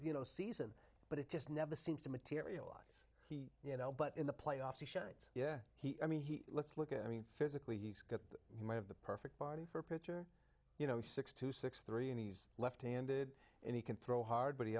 you know season but it just never seems to materialize he you know but in the playoffs he shan't yeah he i mean he let's look at i mean physically he's got you might have the perfect body for a pitcher you know six to six three and he's left handed and he can throw hard but he